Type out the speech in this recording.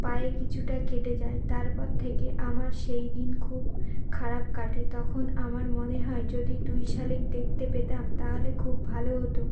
পায়ে কিছুটা কেটে যায় তারপর থেকে আমার সেই দিন খুব খারাপ কাটে তখন আমার মনে হয় যদি দুই শালিক দেখতে পেতাম তাহলে খুব ভালো হতো